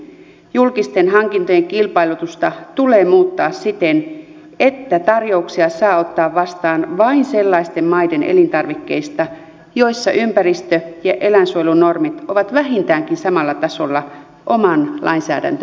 julkisten hankintojen kilpailutusta tulee muuttaa siten että tarjouksia saa ottaa vastaan vain sellaisten maiden elintarvikkeista joissa ympäristö ja eläinsuojelunormit ovat vähintäänkin samalla tasolla oman lainsäädäntömme kanssa